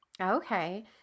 Okay